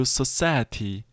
society